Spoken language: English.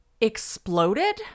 exploded